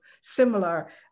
similar